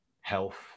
health